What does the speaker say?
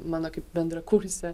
mano kaip bendrakursė